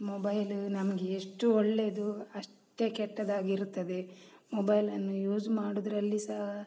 mobile ನಮಗೆಷ್ಟು ಒಳ್ಳೆದು ಅಷ್ಟೇ ಕೆಟ್ಟದಾಗಿರುತ್ತದೆ ಮೊಬೈಲನ್ನು ಯೂಸ್ ಮಾಡುವುದ್ರಲ್ಲಿ ಸಹ